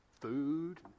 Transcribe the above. food